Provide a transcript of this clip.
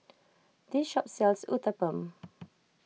this shop sells Uthapam